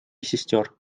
сестер